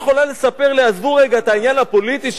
עזבו רגע את העניין הפוליטי של איפה הם יגורו,